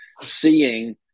seeing